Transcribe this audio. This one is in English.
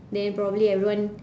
then probably everyone